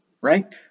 right